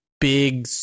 Big